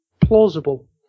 plausible